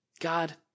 God